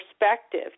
perspective